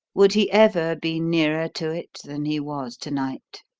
would he ever be nearer to it than he was to-night?